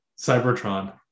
Cybertron